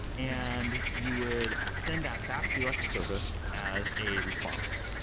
and you would send that back to the alexa service as a response.